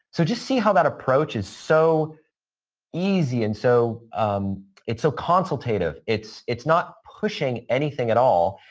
so, just see how that approach is so easy and so um it's so consultative. it's it's not pushing anything at all.